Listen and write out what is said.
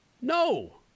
no